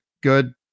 good